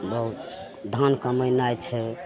बहुत धान कमेनाइ छै